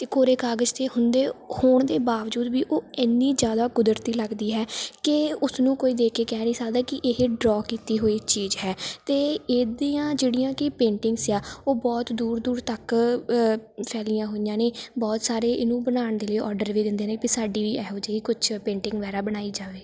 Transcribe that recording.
ਜੇ ਕੋਰੇ ਕਾਗਜ਼ 'ਤੇ ਹੁੰਦੇ ਹੋਣ ਦੇ ਬਾਵਜੂਦ ਵੀ ਉਹ ਇੰਨੀ ਜ਼ਿਆਦਾ ਕੁਦਰਤੀ ਲੱਗਦੀ ਹੈ ਕਿ ਉਸਨੂੰ ਕੋਈ ਦੇਖ ਕੇ ਕਹਿ ਨਹੀਂ ਸਕਦਾ ਕਿ ਇਹ ਡਰੋਅ ਕੀਤੀ ਹੋਈ ਚੀਜ਼ ਹੈ ਅਤੇ ਇਹਦੀਆਂ ਜਿਹੜੀਆਂ ਕਿ ਪੇਂਟਿੰਗਸ ਆ ਉਹ ਬਹੁਤ ਦੂਰ ਦੂਰ ਤੱਕ ਫੈਲੀਆਂ ਹੋਈਆਂ ਨੇ ਬਹੁਤ ਸਾਰੇ ਇਹਨੂੰ ਬਣਾਉਣ ਦੇ ਲਈ ਔਡਰ ਵੀ ਦਿੰਦੇ ਨੇ ਵੀ ਸਾਡੀ ਵੀ ਇਹੋ ਜਿਹੀ ਕੁਛ ਪੇਂਟਿੰਗ ਵਗੈਰਾ ਬਣਾਈ ਜਾਵੇ